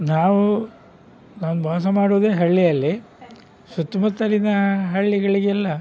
ನಾವು ನಾವು ವಾಸ ಮಾಡೋದೇ ಹಳ್ಳಿಯಲ್ಲಿ ಸುತ್ತುಮುತ್ತಲಿನ ಹಳ್ಳಿಗಳಿಗೆಲ್ಲ